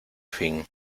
fin